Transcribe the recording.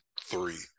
three